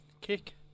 kick